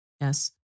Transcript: Yes